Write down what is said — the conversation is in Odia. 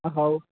ହଉ